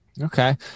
Okay